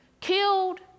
killed